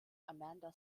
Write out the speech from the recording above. amanda